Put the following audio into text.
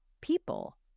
people